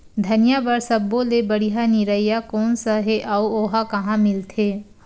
धनिया बर सब्बो ले बढ़िया निरैया कोन सा हे आऊ ओहा कहां मिलथे?